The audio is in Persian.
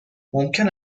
ممکن